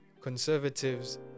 conservatives